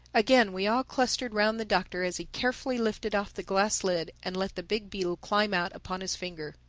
again we all clustered round the doctor as he carefully lifted off the glass lid and let the big beetle climb out upon his finger.